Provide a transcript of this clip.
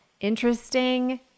interesting